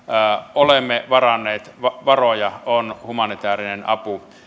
olemme varanneet varoja on humanitäärinen apu